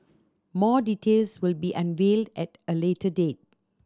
more details will be unveiled at a later date